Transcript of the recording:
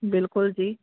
ਬਿਲਕੁਲ ਜੀ